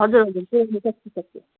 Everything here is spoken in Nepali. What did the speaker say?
हजुर हजुर